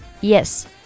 Yes